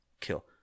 kill